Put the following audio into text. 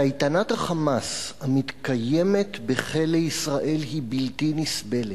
קייטנת ה"חמאס" המתקיימת בכלא ישראל היא בלתי נסבלת.